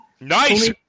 nice